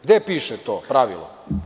Gde piše to pravilo?